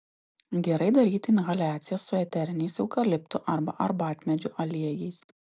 gerai daryti inhaliacijas su eteriniais eukaliptų arba arbatmedžių aliejais